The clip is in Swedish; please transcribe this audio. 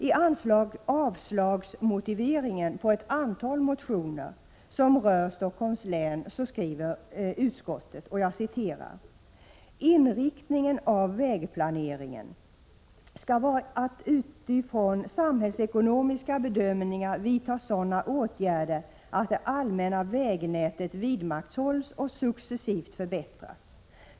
I avslagmotiveringen till ett antal motioner som rör Stockholms län skriver utskottet: ”Inriktningen av vägplaneringen skall vara att utifrån samhällsekonomiska bedömningar vidta sådana åtgärder att det allmänna vägnätet vidmakthålls och successivt förbättras.